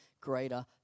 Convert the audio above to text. greater